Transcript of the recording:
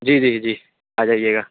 جی جی جی آ جائیے گا